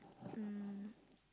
um